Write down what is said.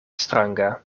stranga